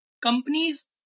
Companies